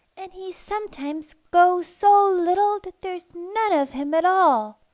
and he sometimes goes so little that there's none of him at all.